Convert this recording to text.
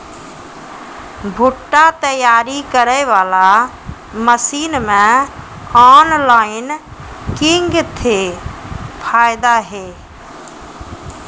भुट्टा तैयारी करें बाला मसीन मे ऑनलाइन किंग थे फायदा हे?